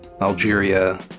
Algeria